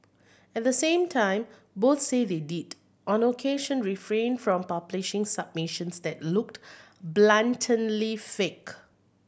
at the same time both say they did on occasion refrain from publishing submissions that looked blatantly fake